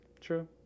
true